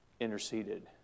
Interceded